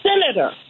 senator